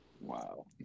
Wow